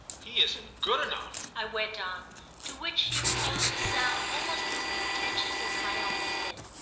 he isn't good enough! i went on to which she opposed a sound almost as contentious as my own had been.